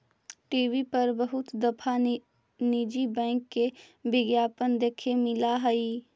TV पर बहुत दफा निजी बैंक के विज्ञापन देखे मिला हई